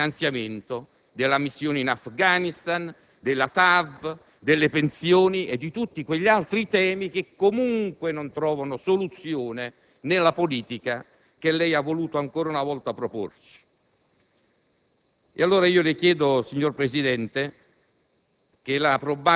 risoluzione della maggioranza, ma che giammai avrebbero votato il rifinanziamento della missione in Afghanistan, della TAV, delle pensioni e di tutti gli altri temi che comunque non trovano soluzione nella politica che lei ha voluto ancora una volta proporci.